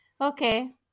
Okay